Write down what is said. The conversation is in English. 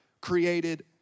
created